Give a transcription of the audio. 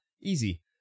easy